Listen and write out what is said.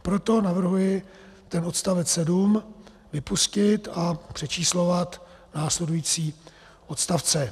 Proto navrhuji odstavec 7 vypustit a přečíslovat následující odstavce.